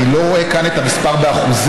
אני לא רואה כאן את המספר באחוזים.